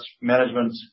management